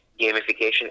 gamification